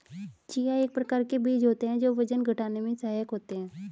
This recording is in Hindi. चिया एक प्रकार के बीज होते हैं जो वजन घटाने में सहायक होते हैं